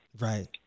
right